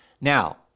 Now